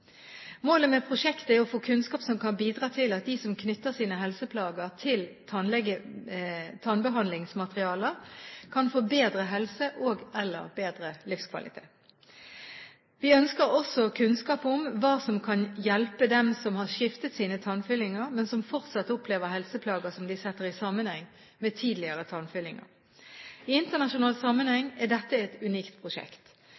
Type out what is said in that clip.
Målet med prosjektet er å få kunnskap som kan bidra til at de som knytter sine helseplager til tannbehandlingsmaterialer, kan få bedre helse og/eller bedre livskvalitet. Vi ønsker også kunnskap om hva som kan hjelpe dem som har skiftet sine tannfyllinger, men som fortsatt opplever helseplager som de setter i sammenheng med tidligere tannfyllinger. I internasjonal